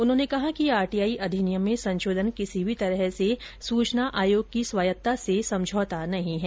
उन्होंने कहा कि आर टी आई अधिनियम में संशोधन किसी भी तरह से सूचना आयोग की स्वायत्ता से समझौता नहीं है